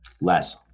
Less